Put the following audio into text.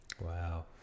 Wow